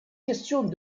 questions